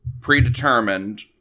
predetermined